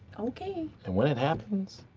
okay! and when it happens,